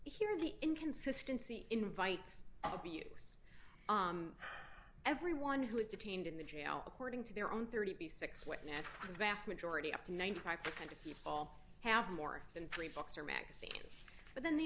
here the inconsistency invites abuse everyone who is detained in the jail according to their own thirty six dollars witnesses the vast majority up to ninety five percent of people have more than three books or magazines but then the